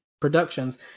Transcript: Productions